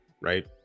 right